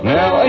Now